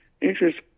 interest